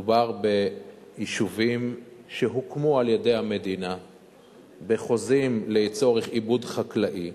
מדובר ביישובים שהוקמו על-ידי המדינה בחוזים לצורך עיבוד חקלאי.